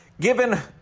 given